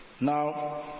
Now